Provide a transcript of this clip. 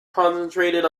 concentrated